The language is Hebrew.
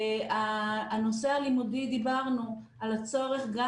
הנושא הלימודי דיברנו על הצורך גם